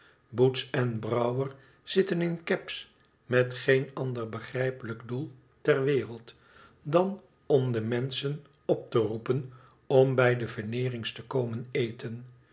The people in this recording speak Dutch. boots en brouwer zitten in cabs met geen ander begrijpelijk doel ter wereld dan om de menschen op te roepen om bij de veneerings te komen eten